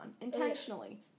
intentionally